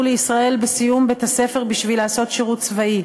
לישראל בסיום בית-הספר בשביל לעשות שירות צבאי.